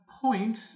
point